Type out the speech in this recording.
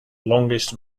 longest